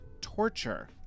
torture